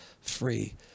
free